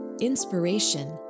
inspiration